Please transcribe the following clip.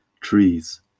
trees